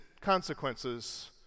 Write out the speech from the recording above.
consequences